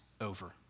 over